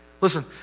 Listen